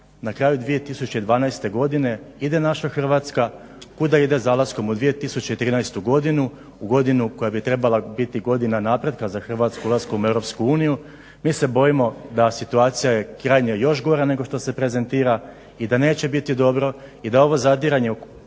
na kraju 2012.godine ide naša Hrvatska, kuda ide zalaskom u 2013.godinu u godinu koja bi trebala biti godina napretka za Hrvatsku ulaskom u EU? Mi se bojimo da je situacija krajnje još gora nego što se prezentira i da neće biti dobro i da ovo zadiranje